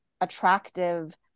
attractive